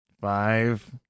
Five